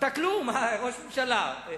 אתה כלום, ראש ממשלה.